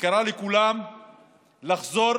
וקרא לכולם לחזור